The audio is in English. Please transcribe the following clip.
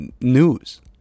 news